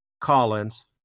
Collins